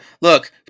Look